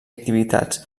activitats